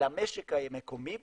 למשק המקומי בעיקר,